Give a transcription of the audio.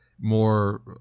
more